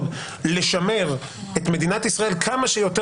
שכל פעם שאתם עושים תקנות,